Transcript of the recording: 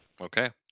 Okay